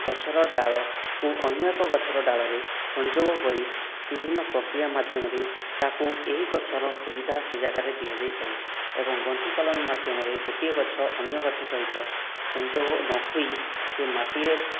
ଗଛର ଡାଳକୁ ଅନ୍ୟ ଏକ ଗଛର ଡାଳରେ ସଂଯୋଗ କରି ବିଭିନ୍ନ ପ୍ରକ୍ରିୟା ମାଧ୍ୟମରେ ତାହାକୁ ଏହି ଗଛର ସୁବିଧା ସେହି ଜାଗାରେ ଦିଆଯାଇଥାଏ ଏବଂ ଗଣ୍ଠି କଲମୀ ମାଧ୍ୟମରେ ଗୋଟିଏ ଗଛ ଅନ୍ୟ ଗଛ ସହିତ ସଂଯୋଗ ନହୋଇ ସେ ମାଟିରେ